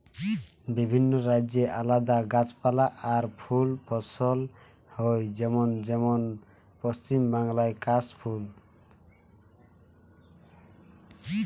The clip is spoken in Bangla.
বিভিন্ন রাজ্যে আলদা গাছপালা আর ফুল ফসল হয় যেমন যেমন পশ্চিম বাংলায় কাশ ফুল